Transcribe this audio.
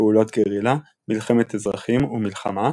פעולות גרילה, מלחמת אזרחים, ומלחמה,